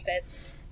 fits